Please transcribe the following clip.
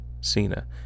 Cena